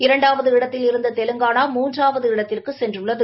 இரண்டாவது இடத்தில் இருந்த தெலங்கானா மூன்றாவது இடத்திற்குச் சென்றுள்ளது